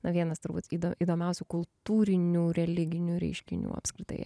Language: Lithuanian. na vienas turbūt gydo įdomiausių kultūrinių religinių reiškinių apskritai